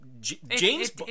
James